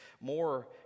more